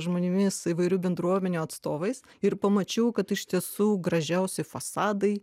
žmonėmis įvairių bendruomenių atstovais ir pamačiau kad iš tiesų gražiausi fasadai